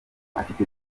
afite